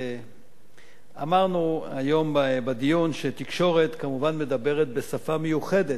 אמרנו היום בדיון שתקשורת כמובן מדברת בשפה מיוחדת.